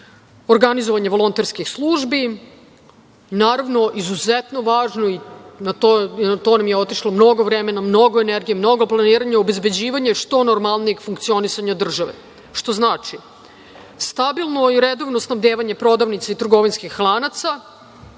organizovanje volonterskih službi. Naravno, izuzetno važno i na to nam je otišlo mnogo vremena, mnogo energije, mnogo planiranja u obezbeđivanju što normalnijeg funkcionisanja države, što znači stabilno i redovno snabdevanje prodavnica i trgovinskih lanaca.